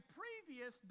previous